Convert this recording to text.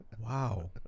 Wow